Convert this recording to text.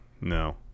no